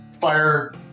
fire